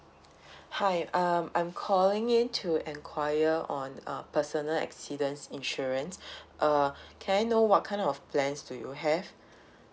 hi um I'm calling in to enquire on uh personal accidents insurance uh can I know what kind of plans do you have